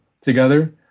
together